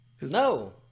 no